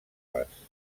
les